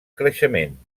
creixement